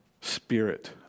spirit